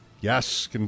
Yes